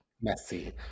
Messy